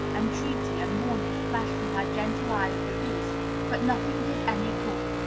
entreaty, and warning flash from her gentle eyes to his but nothing did any good.